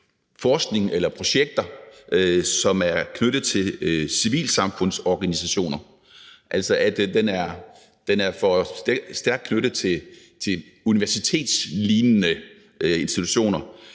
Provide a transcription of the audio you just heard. forskning eller projekter, som er knyttet til civilsamfundsorganisationer; at den er for stærkt knyttet til universitetslignende institutioner.